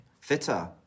fitter